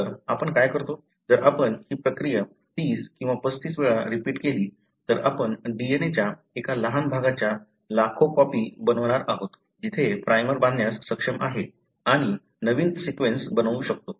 तर आपण काय करतो जर आपण ही प्रक्रिया 30 किंवा 35 वेळा रिपीट केली तर आपण DNA च्या एका लहान भागाच्या लाखो कॉपी बनवणार आहोत जिथे प्राइमर बांधण्यास सक्षम आहे आणि नवीन सीक्वेन्स बनवू शकतो